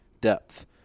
depth